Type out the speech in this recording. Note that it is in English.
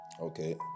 Okay